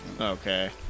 Okay